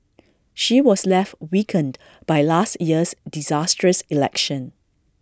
she was left weakened by last year's disastrous election